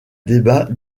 débat